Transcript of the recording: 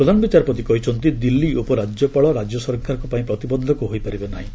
ପ୍ରଧାନବିଚାରପତି କହିଛନ୍ତି ଦିଲ୍ଲୀ ଉପରାଜ୍ୟପାଳ ରାଜ୍ୟସରକାରଙ୍କ ପାଇଁ ପ୍ରତିବନ୍ଧକ ହୋଇ ପାରିବେ ନାହିଁ